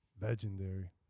Legendary